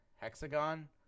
Hexagon